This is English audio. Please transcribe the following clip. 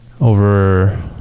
over